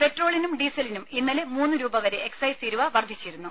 പെട്രോളിനും ഡീസലിനും ഇന്നലെ മൂന്ന് രൂപ വരെ എക്സൈസ് തീരുവ വർധിച്ചിരുന്നു